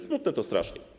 Smutne to strasznie.